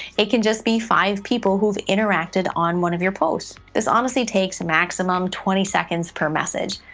it can just be five people who've interacted on one of your posts. this honestly takes maximum twenty seconds per message.